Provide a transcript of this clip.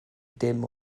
dim